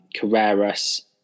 Carreras